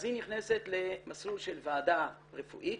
היא נכנסת למסלול של ועדה רפואית